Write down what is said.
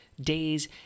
Days